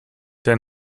der